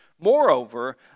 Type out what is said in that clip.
Moreover